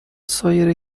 سایر